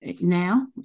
now